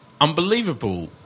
Unbelievable